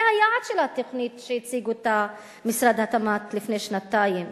זה היעד של התוכנית שהציג משרד התמ"ת לפני שנתיים,